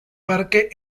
parque